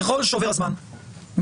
ככל שעובר הזמן מתברר